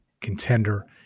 contender